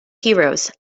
heroes